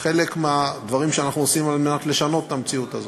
חלק מהדברים שאנחנו עושים על מנת לשנות את המציאות הזו.